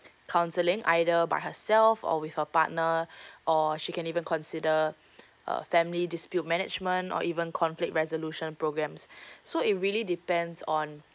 counselling either by herself or with her partner or she can even consider uh family dispute management or even conflict resolution programs so it really depends on